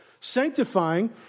sanctifying